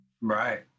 Right